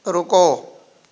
ਰੁਕੋ